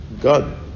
God